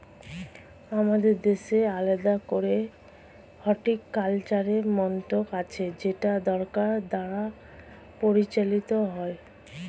আমাদের দেশে আলাদা করে হর্টিকালচারের মন্ত্রক আছে যেটা সরকার দ্বারা পরিচালিত হয়